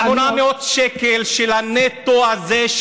ה-800 שקל של הנטו הזה,